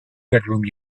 bedroom